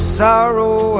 sorrow